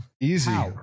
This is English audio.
Easy